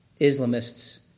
Islamists